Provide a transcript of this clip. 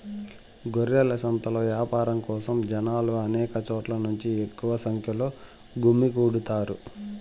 గొర్రెల సంతలో యాపారం కోసం జనాలు అనేక చోట్ల నుంచి ఎక్కువ సంఖ్యలో గుమ్మికూడతారు